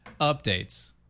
updates